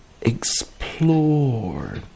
explore